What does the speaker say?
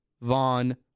Vaughn